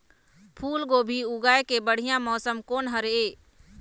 फूलगोभी उगाए के बढ़िया मौसम कोन हर ये?